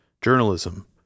journalism